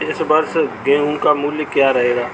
इस वर्ष गेहूँ का मूल्य क्या रहेगा?